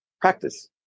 practice